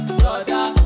brother